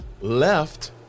left